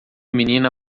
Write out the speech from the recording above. menina